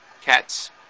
cat's